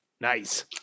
nice